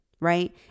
right